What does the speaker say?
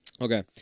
Okay